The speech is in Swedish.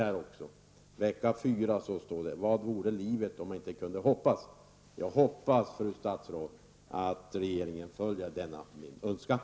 För vecka 4 står det: ”Vad vore livet om man inte kunde hoppas?” Jag hoppas, fru statsråd, att regeringen följer denna min önskan.